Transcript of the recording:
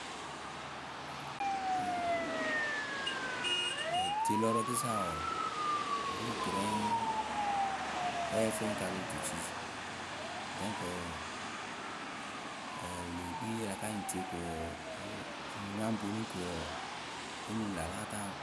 Tielɔ rǝkɨsa wɔɔ, wǝ ri tɨrɛ yayǝ́ǝ fɨ yǝ ŋ karɨ otucii. Donc wɔɔ, wǝ lee kpii a la ka nyɩŋ tie ko wɔɔ ŋ nya ŋ ponu ko wɔɔ, onuŋ ŋlǝ̈ a láa taa ŋwǝ.